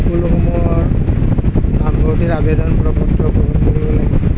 স্কুলসমূহৰ নামভৰ্তিৰ আবেদন প্ৰ পত্ৰ পূৰণ কৰিব লাগিব